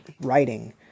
writing